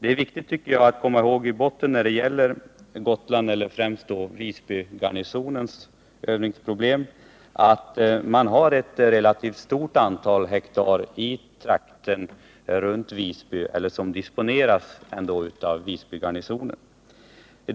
är viktigt att komma ihåg beträffande Gotland — främst Visbygarnisonens övningsproblem — att Visbygarnisonen disponerar ett relativt stort antal hektar i trakterna runt Visby.